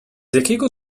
jakiego